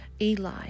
Eli